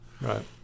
Right